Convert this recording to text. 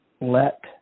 let